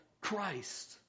Christ